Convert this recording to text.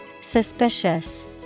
Suspicious